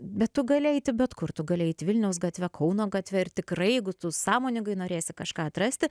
bet tu gali eiti bet kur tu gali eiti vilniaus gatve kauno gatve ir tikrai jeigu tu sąmoningai norėsi kažką atrasti